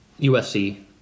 USC